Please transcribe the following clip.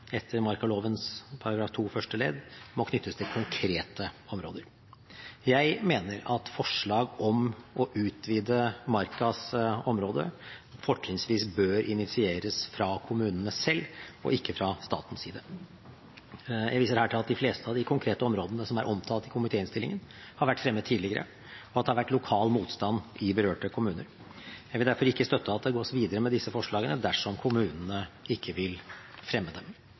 etter markaloven § 2 første ledd må knyttes til konkrete områder. Jeg mener at forslag om å utvide markas område fortrinnsvis bør initieres fra kommunene selv og ikke fra statens side. Jeg viser her til at de fleste av de konkrete områdene som er omtalt i komitéinnstillingen, har vært fremmet tidligere, og at det har vært lokal motstand i berørte kommuner. Jeg vil derfor ikke støtte at det gås videre med disse forslagene dersom kommunene ikke vil fremme dem.